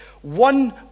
one